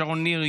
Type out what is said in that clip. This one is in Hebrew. שרון ניר,